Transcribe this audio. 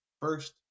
first